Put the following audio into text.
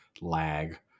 lag